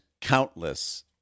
countless